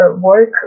work